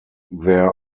their